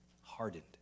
hardened